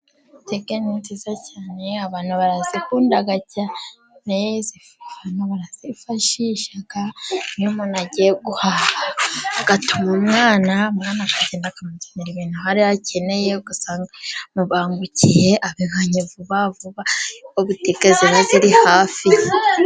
Butike ni nziza cyane abantu barazikunda cyane, abantu barazifashisha, iyo umuntu agiye guhaha, agatuma umwana, umwana akagenda akamuzanira ibintu hariya akeneye, ugasanga biramubangukiye, abibonye vuba vuba, kuko butike ziba ziri hafi ye.